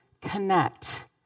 connect